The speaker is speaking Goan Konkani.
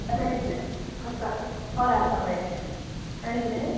मेळटलें आसा हय आसा मेळटलें आनी कितें